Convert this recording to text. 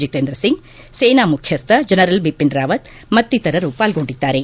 ಜಿತೇಂದ್ರ ಸಿಂಗ್ ಸೇನಾ ಮುಖ್ವಸ್ಟ ಜನರಲ್ ಬಿಖಿನ್ ರಾವತ್ ಮತ್ತಿತರರು ಪಾರ್ಸೊಂಡಿದ್ದಾರೆ